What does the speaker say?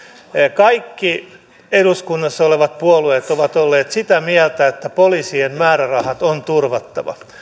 kaikki eduskunnassa olevat puolueet ovat olleet sitä mieltä että poliisien määrärahat on turvattava